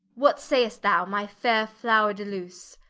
what say'st thou, my faire flower-de-luce